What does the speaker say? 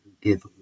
give